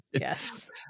Yes